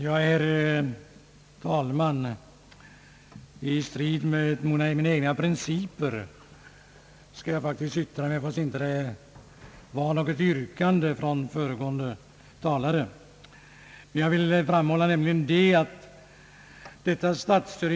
Herr talman! I strid med mina egna principer skall jag faktiskt yttra mig, trots att föregående talare inte hade något yrkande.